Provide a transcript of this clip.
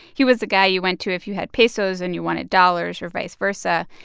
he was the guy you went to if you had pesos and you wanted dollars, or vice versa.